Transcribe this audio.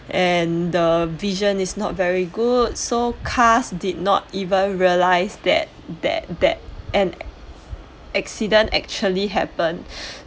and the vision is not very good so cars did not even realised that that that an accident actually happened